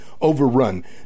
overrun